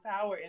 power